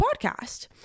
podcast